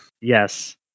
Yes